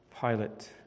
Pilate